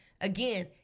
again